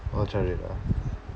ultra red ah